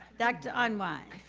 dr. arnwine.